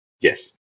yes